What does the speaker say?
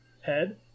head